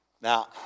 Now